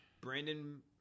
Brandon